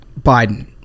Biden